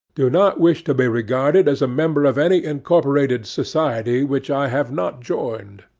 do not wish to be regarded as a member of any incorporated society which i have not joined.